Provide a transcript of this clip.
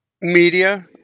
Media